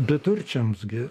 beturčiams gi